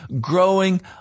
growing